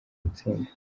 gutsinda